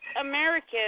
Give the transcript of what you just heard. American